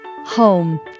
home